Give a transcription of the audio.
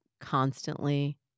constantly